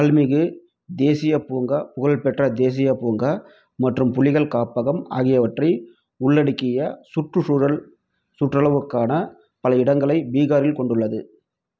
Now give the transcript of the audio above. வால்மீகு தேசியப் பூங்கா புகழ்பெற்ற தேசியப் பூங்கா மற்றும் புலிகள் காப்பகம் ஆகியவற்றை உள்ளடக்கிய சுற்றுச்சூழல் சுற்றுலாவுக்கான பல இடங்களை பீகாரில் கொண்டுள்ளது